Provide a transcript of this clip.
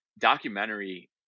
Documentary